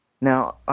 Now